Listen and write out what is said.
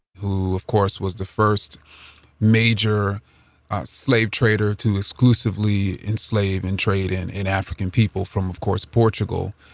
who of course was the first major slave trader to exclusively enslave and trade in in african people from of course portugal,